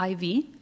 IV